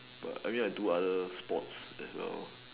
but I mean I do other sports as well